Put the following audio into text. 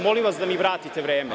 Molim vas da mi vratite vreme.